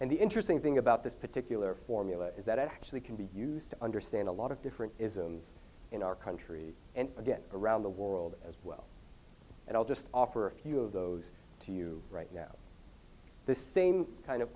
and the interesting thing about this particular formula is that it actually can be used to understand a lot of different isms in our country and again around the world as well and i'll just offer a few of those to you right now the same kind of